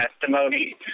testimony